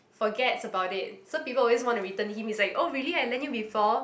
forgets about it so people always want to return him it's like oh really I lend you before